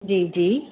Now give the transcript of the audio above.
जी जी